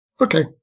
Okay